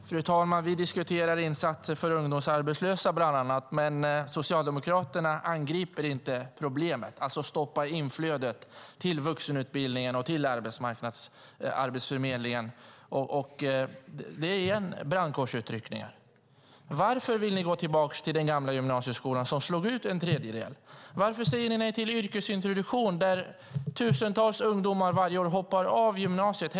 Fru talman! Vi diskuterar bland annat insatser för arbetslösa ungdomar. Men Socialdemokraterna angriper inte problemet, alltså att vi behöver stoppa tillflödet till vuxenutbildningen och till Arbetsförmedlingen. Återigen handlar det om brandkårsutryckningar. Varför vill ni gå tillbaka till den gamla gymnasieskolan som slog ut en tredjedel av eleverna? Varför säger ni nej till yrkesintroduktion när tusentals ungdomar varje år hoppar av gymnasiet?